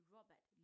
Robert